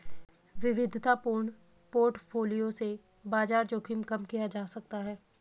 विविधतापूर्ण पोर्टफोलियो से बाजार जोखिम कम किया जा सकता है